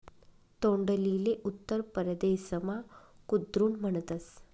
तोंडलीले उत्तर परदेसमा कुद्रुन म्हणतस